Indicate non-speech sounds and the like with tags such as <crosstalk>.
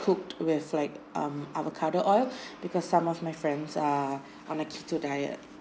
cooked with like um avocado oil <breath> because some of my friends are on a keto diet